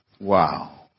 Wow